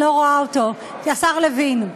ואני לא רואה אותו: השר לוין,